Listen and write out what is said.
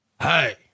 Hey